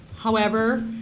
however,